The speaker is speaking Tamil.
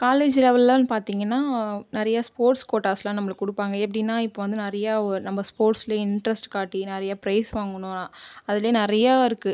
காலேஜ் லெவெல்லனு பார்த்தீங்கன்னா நிறைய ஸ்போர்ட்ஸ் கோட்டாஸ்லா நம்மளுக்கு கொடுப்பாங்க எப்படின்னா இப்போது வந்து நிறையா நம்ம ஸ்போர்ட்ஸில் இன்ட்ரெஸ்ட் காட்டி நிறையா பிரைஸ் வாங்குனோம் அதுலேயே நிறையா இருக்குது